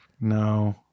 No